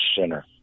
sinner